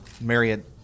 Marriott